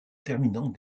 terminant